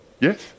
Yes